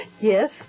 Yes